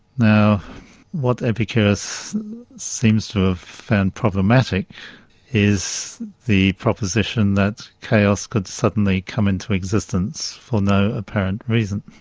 now what epicurus seems to have found problematic is the proposition that chaos could suddenly come into existence for no apparent reason.